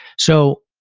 so,